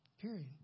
period